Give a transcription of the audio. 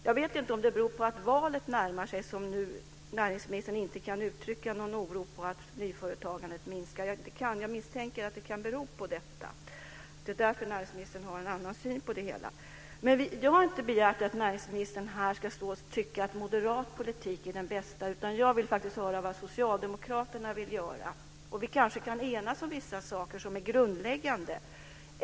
Jag vet inte om det beror på att valet närmar sig att näringsministern inte kan uttrycka någon oro över att företagandet minskar. Jag misstänker att det kan bero på detta och att det är därför som näringsministern har en annan syn på det hela. Jag har inte begärt att näringsministern här ska stå och tycka att moderat politik är den bästa, utan jag vill faktiskt höra vad Socialdemokraterna vill göra. Och vi kanske kan enas om vissa saker som är grundläggande.